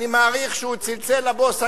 אני מעריך שהוא צלצל לבוס הגדול,